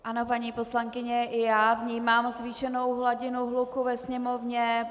Ano, paní poslankyně, i já vnímám zvýšenou hladinu hluku ve sněmovně.